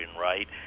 right